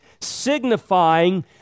signifying